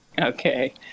Okay